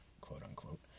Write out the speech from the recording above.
quote-unquote